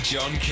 John